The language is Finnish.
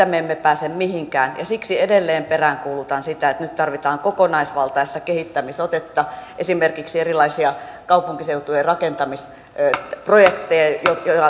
me emme pääse mihinkään siksi edelleen peräänkuulutan sitä että nyt tarvitaan kokonaisvaltaista kehittämis otetta esimerkiksi erilaisia kaupunkiseutujen rakentamisprojekteja joita